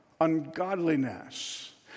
ungodliness